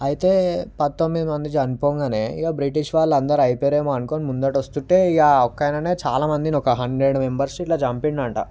అయితే పంతొమ్మిది మంది చనిపోవంగానే ఇగ బ్రిటిష్ వాళ్ళందరూ అయిపోయినరేమో అనుకుని ముందట వస్తుంటే ఇక ఒక్క ఆయననే చాల మందిని ఒక హండ్రెడ్ మెంబర్స్ ఇట్ల చంపిండంట